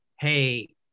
hey